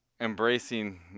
embracing